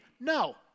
No